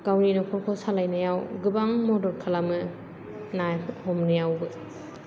गावनि नखरखौ सालायनायाव गोबां मदद खालामो ना हमनायावबो